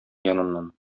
яныннан